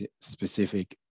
specific